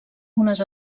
unes